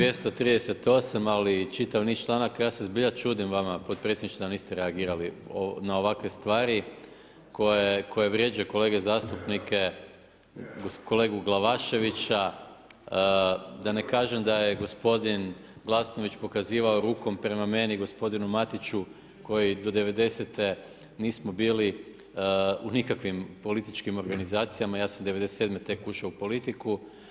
Povrijeđen je 238. ali čitav niz članaka, ja se zbilja čudim vama podpredsjedniče da niste reagirali na ovakve stvari koje vrijeđaju kolege zastupnike, kolegu Glavaševića, da ne kažem da je gospodin Glasnović pokazivao rukom prema meni i gospodinu Matiću koji do '90. nismo bili u nikakvim političkim organizacijama, ja sam '97. tek ušao u politiku.